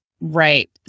Right